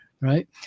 right